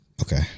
Okay